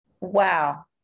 Wow